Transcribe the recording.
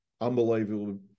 unbelievable